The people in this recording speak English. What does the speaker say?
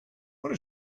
what